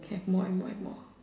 have more and more and more